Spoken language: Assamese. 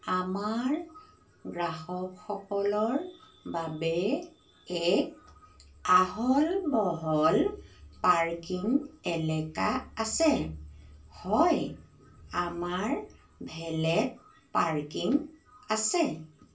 আমাৰ গ্ৰাহকসকলৰ বাবে এক আহল বহল পাৰ্কিং এলেকা আছে হয় আমাৰ ভেলেট পাৰ্কিং আছে